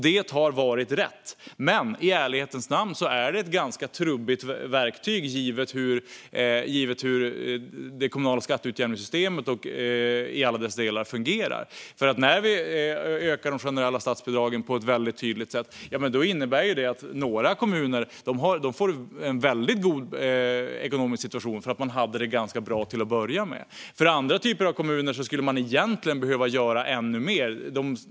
Det har varit rätt, men i ärlighetens namn är det ett ganska trubbigt verktyg givet hur det kommunala skatteutjämningssystemet i alla dess delar fungerar. När vi ökar de generella statsbidragen på ett tydligt sätt innebär det att några kommuner får en väldigt god ekonomisk situation därför att de hade det ganska bra till att börja med. För andra typer av kommuner skulle man egentligen behöva göra ännu mer.